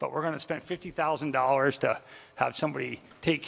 but we're going to spend fifty thousand dollars to have somebody take